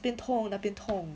那边痛那边痛